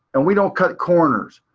and we don't cut corners.